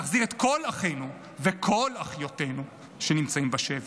נחזיר את כל אחינו וכל אחיותינו שנמצאים בשבי.